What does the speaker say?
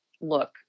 look